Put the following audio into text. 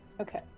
Okay